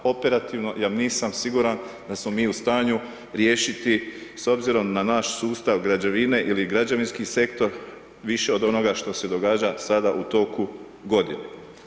Operativno ja nisam siguran da smo mi u stanju riješiti s obzirom na naš sustav građevine ili građevinski sektor više od onoga što se događa sada u toku godine.